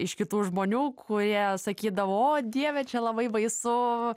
iš kitų žmonių kurie sakydavo o dieve čia labai baisu